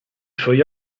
suoi